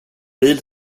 bil